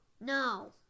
No